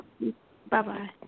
Bye-bye